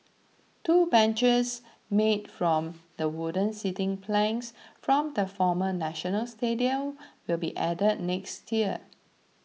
two benches made from the wooden seating planks from the former National Stadium will be added next year